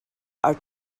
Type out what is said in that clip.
are